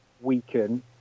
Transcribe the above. weaken